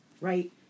right